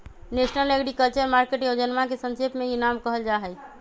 national agriculture market योजनवा के संक्षेप में ई नाम कहल जाहई